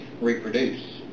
reproduce